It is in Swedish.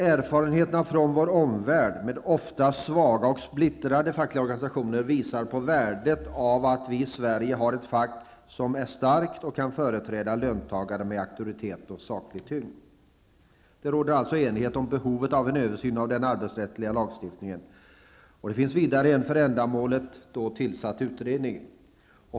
Erfarenheterna från vår omvärld med ofta svaga och splittrade fackliga organisationer visar på värdet av att vi i Sverige har ett fack som är starkt och kan företräda löntagarna med auktoritet och saklig tyngd. Det råder alltså enighet om behovet av en översyn av den arbetsrättsliga lagstiftningen. Det finns vidare en för ändamålet tillsatt utredning.